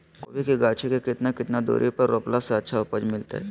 कोबी के गाछी के कितना कितना दूरी पर रोपला से अच्छा उपज मिलतैय?